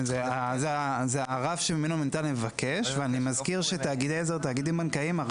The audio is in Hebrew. זה הרף ממנו מבקשים ואני מזכיר שתאגידי בנקאיים,